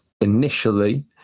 initially